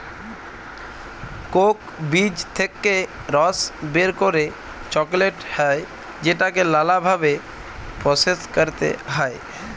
Coke বীজ থেক্যে রস বের করে চকলেট হ্যয় যেটাকে লালা ভাবে প্রসেস ক্যরতে হ্য়য়